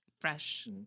Fresh